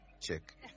chick